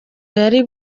yari